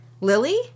Lily